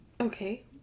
Okay